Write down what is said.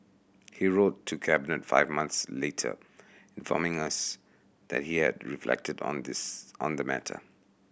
he wrote to Cabinet five months later informing us that he had reflected on this on the matter